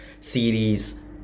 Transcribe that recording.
series